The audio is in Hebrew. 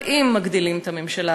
אבל אם מגדילים את הממשלה,